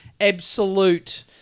absolute